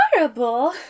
adorable